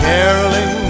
Caroling